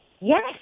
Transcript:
Yes